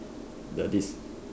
the this